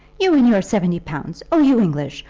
you, and your seventy pounds! oh, you english!